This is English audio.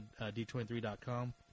d23.com